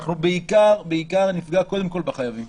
אנחנו בעיקר נפגע קודם כל בחייבים.